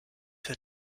für